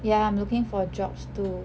yeah I'm looking for jobs too